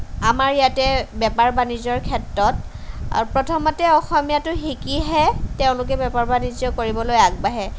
আমাৰ ইয়াতে বেপাৰ বাণিজ্যৰ ক্ষেত্ৰত আৰু প্ৰথমতে অসমীয়াটো শিকিহে তেওঁলোকে বেপাৰ বাণিজ্য কৰিবলৈ আগবাঢ়ে